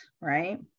right